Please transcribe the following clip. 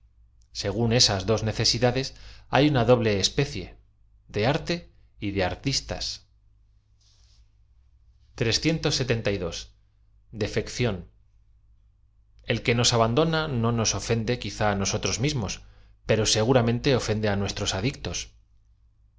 según esas dos necesidades hay una doble espe cie de arte y de ti l que nos abandona o o noa ofende quizá á nos otros mismos pero seguramente ofende á ouestros adictos